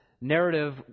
narrative